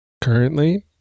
Currently